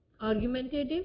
argumentative